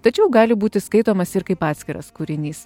tačiau gali būti skaitomas ir kaip atskiras kūrinys